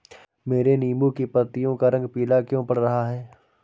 मेरे नींबू की पत्तियों का रंग पीला क्यो पड़ रहा है?